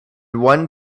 one